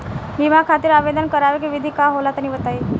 बीमा खातिर आवेदन करावे के विधि का होला तनि बताईं?